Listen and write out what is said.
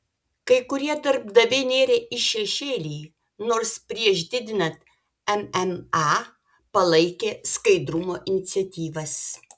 kai kurie darbdaviai nėrė į šešėlį nors prieš didinant mma palaikė skaidrumo iniciatyvas